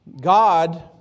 God